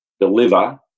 deliver